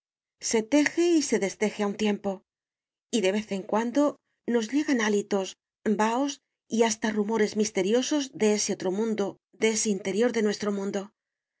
se teje y se desteje a un tiempo y de vez en cuando nos llegan hálitos vahos y hasta rumores misteriosos de ese otro mundo de ese interior de nuestro mundo las